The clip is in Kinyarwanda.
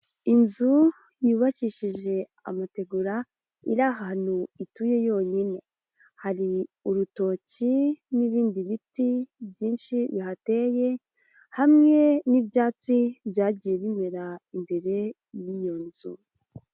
Inzu yubakishije amategura iri ahantu ituye yonyine, hari urutoki n'ibindi biti byinshi bihateye, hamwe n'ibyatsi byagiye bimera imbere y'iyo nzu.